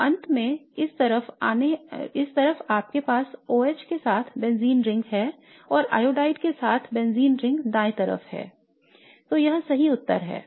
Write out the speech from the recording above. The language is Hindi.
तो अंत में इस तरफ आपके पास OH के साथ बेंजीन रिंग है और आयोडाइड के साथ बेंजीन रिंग दाएं तरफ है I तो यह सही उत्तर है